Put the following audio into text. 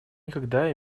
никогда